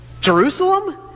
Jerusalem